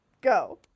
Go